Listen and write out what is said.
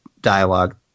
dialogue